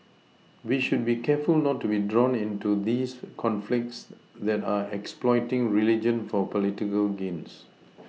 we should be careful not to be drawn into these conflicts that are exploiting religion for political games